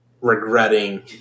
regretting